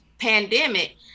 pandemic